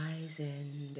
rising